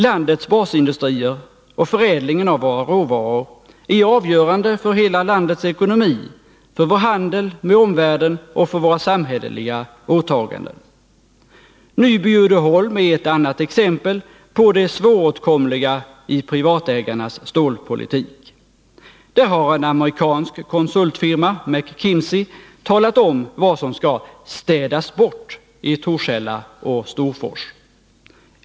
Landets basindustrier och förädlingen av våra råvaror är avgörande för hela landets ekonomi, för vår handel med omvärlden och för våra samhälleliga åtaganden. Nyby Uddeholm är ett annat exempel på det svåråtkomliga i privatägarnas stålpolitik. Där har en amerikansk konsultfirma, McKinsey, talat om vad som skall ”städas bort” i Torshälla och Storfors.